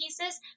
pieces